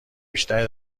بیشتری